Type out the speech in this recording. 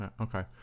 okay